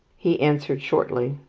he answered shortly,